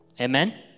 Amen